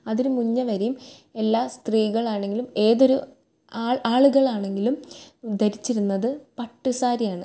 അതിന് മുന്നേ വരേം എല്ലാ സ്ത്രീകളാണെങ്കിലും ഏതൊരു ആൾ ആള്കളാണങ്കിലും ധരിച്ചിരുന്നത് പട്ട് സാരിയാണ്